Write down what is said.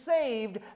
saved